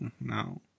no